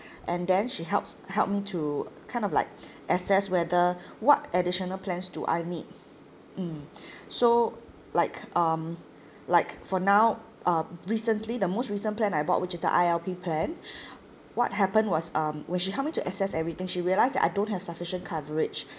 and then she helps helped me to kind of like assess whether what additional plans do I need mm so like um like for now um recently the most recent plan I bought which is the I_L_P plan what happened was um when she help me to assess everything she realised that I don't have sufficient coverage